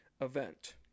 event